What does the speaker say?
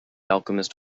alchemist